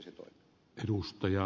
arvoisa puhemies